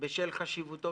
בשל חשיבותו.